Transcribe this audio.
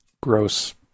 gross